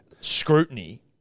scrutiny